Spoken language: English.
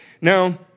Now